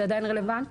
זה עדיין רלוונטי?